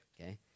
Okay